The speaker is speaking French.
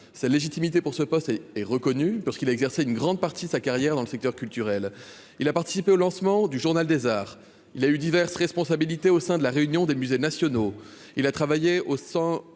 sa légitimité pour ce poste et est reconnue parce qu'il a exercé une grande partie sa carrière dans le secteur culturel, il a participé au lancement du journal des arts, il a eu diverses responsabilités au sein de la Réunion des musées nationaux, il a travaillé au sein